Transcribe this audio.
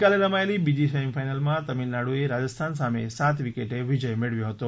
ગઇકાલે રમાયેલી બીજી સેમિફાઈનલમાં તમીળનાડુએ રાજસ્થાન સામે સાત વિકેટે વિજય મેળવ્યો હતો